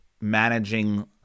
managing